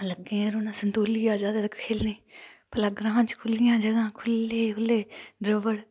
लग्गे दे रौह्ना संतोलिया खेढने गी ग्रां च खुह्लियां जगह्ं खुह्ल्ले खुह्ल्ले दब्बड़